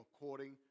according